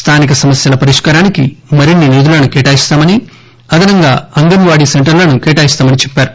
స్థానిక సమస్యల పరిష్కారానికి మరిన్సి నిధులను కేటాయిస్తామనీ అదనంగా అంగన్వాడీ సెంటర్లను కేటాయిస్తామనీ చెప్పారు